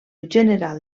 general